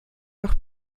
noch